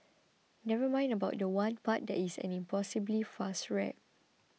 never mind about the one part that is an impossibly fast rap